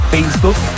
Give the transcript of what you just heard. Facebook